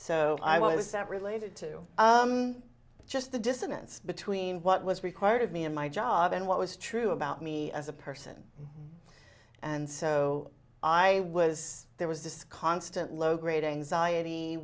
so i was that related to just the dissonance between what was required of me and my job and what was true about me as a person and so i was there was this constant low grade anxiety